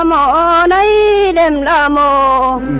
um la and i mean and la la